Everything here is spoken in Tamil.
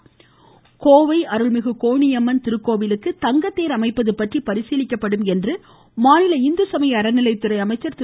கோணியம்மன் அருள்மிகு கோணியம்மன் திருக்கோவிலுக்கு தங்கத்தேர் கோவை அமைப்பது பற்றி பரிசீலிக்கப்படும் என்று மாநில இந்து சமய அறநிலையத்துறை அமைச்சர் திரு